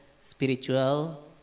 spiritual